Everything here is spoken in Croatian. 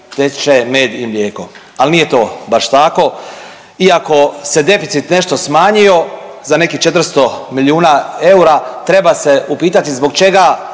teče med i mlijeko, ali nije to baš tako. Iako se deficit nešto smanjio za nekih 400 milijuna eura treba se upitati zbog čega